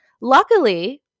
Luckily